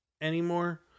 anymore